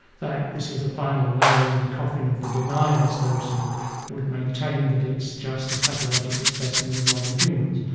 that this is a final nail in the coffin of the deniers, those who would maintain that it's just a pathological specimen of modern humans.